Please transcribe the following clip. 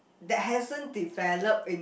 that hasn't develop in